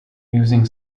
using